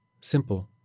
Simple